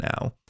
now